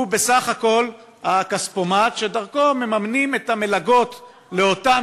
הוא בסך הכול הכספומט שדרכו מממנים את המלגות לאותם